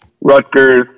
Rutgers